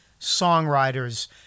songwriters